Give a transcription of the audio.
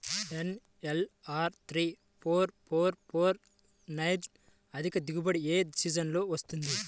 NLR three four four four nine అధిక దిగుబడి ఏ సీజన్లలో వస్తుంది?